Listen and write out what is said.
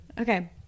Okay